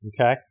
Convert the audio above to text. Okay